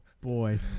boy